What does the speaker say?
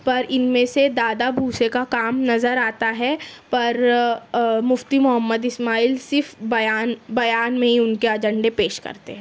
پر ان میں سے دادا بھوسے کا کام نظر آتا ہے پر مفتی محمد اسماعیل صرف بیان بیان میں ہی ان کے ایجنڈے پیش کرتے